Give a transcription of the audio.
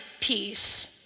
peace